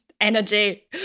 energy